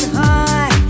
high